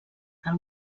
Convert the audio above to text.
del